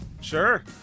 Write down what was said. sure